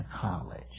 college